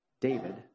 David